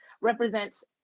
represents